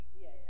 Yes